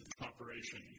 operation